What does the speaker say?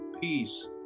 peace